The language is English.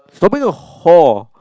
stop being a whore